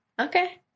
Okay